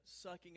sucking